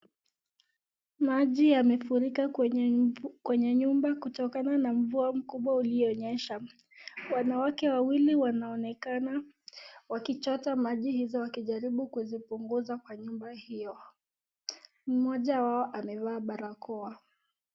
Maji yamefurika kwenye nyumba kutokana na mvua mkubwa uliyonyesha. Wanawake wawili wanaonekana wakichota maji wakijaribu kuzipunguza kwa nyumba hiyo. Moja wao amevaa barakoa.